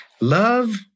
love